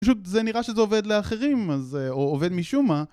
פשוט זה נראה שזה עובד לאחרים, אז אה או עובד משום מה